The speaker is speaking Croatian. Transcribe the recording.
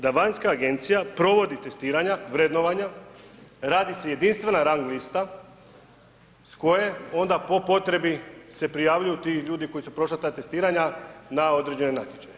Da vanjska agencija provodi testiranja, vrednovanja, radi se jedinstvena rang lista s koje onda po potrebi se prijavljuju ti ljudi koji su prošla ta testiranja na određeni natječaj.